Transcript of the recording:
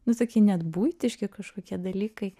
nu tokie net buitiški kažkokie dalykai